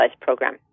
program